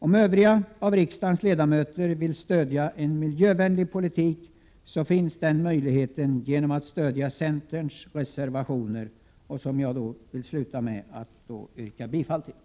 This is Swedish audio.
Om övriga riksdagsledamöter vill stödja en miljövänlig politik, finns den möjligheten genom att stödja centerns reservationer, som jag slutligen ber att få yrka bifall till.